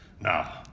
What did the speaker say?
Now